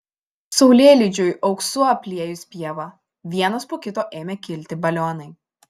saulėlydžiui auksu apliejus pievą vienas po kito ėmė kilti balionai